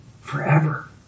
forever